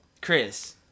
Chris